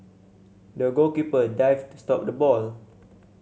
the goalkeeper dived to stop the ball